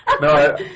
No